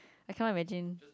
I cannot imagine